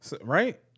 right